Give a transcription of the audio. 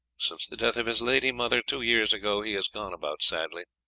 since the death of his lady mother two years ago he has gone about sadly,